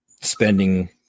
spending